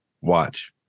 Watch